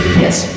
Yes